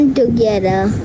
together